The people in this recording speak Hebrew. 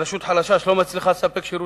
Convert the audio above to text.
שרשות חלשה, שלא מצליחה לספק שירותים,